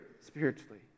spiritually